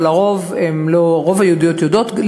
אבל רוב היהודיות יודעות.